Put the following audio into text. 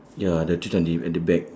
ya the tree trunk is at the back